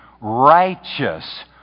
righteous